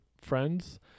friends